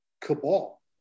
cabal